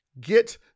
get